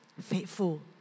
faithful